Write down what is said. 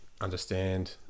understand